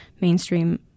mainstream